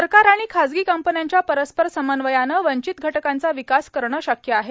सरकार आणि खासगी कंपन्यांच्या परस्पर समन्वयानं वंचित घटकांचा विकास करणं शक्य आहे